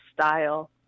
style